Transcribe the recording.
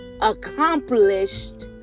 accomplished